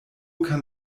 kann